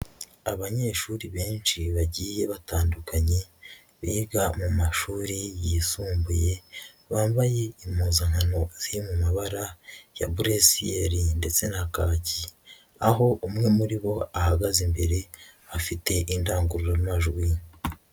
Abanyeshuri benshi bagiye batandukanye biga mu mashuri yisumbuye, bambaye impuzankano ziri mu mabara ya buresiyeri ndetse na kaki, aho umwe muri bo ahagaze imbere afite indangururamajwi.